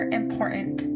important